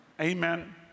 amen